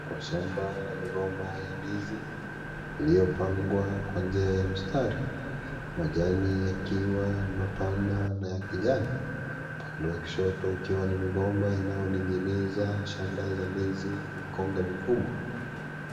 Kwa shamba ya migomba ya ndizi iliyopangwa kwa njia ya mstari, majani yakiwa mapana na ya kijani. Upande wa kushoto ukiwa ni mgomba unao ninginiza shamba za ndizi mkonga mkubwa.